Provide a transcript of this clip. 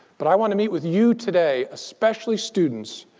but i want to meet with you today, especially students,